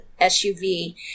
SUV